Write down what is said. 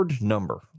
number